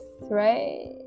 right